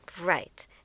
Right